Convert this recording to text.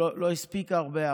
שלא הספיקה הרבה,